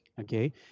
okay